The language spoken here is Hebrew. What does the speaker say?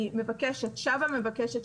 אני מבקשת, שבה ומבקשת,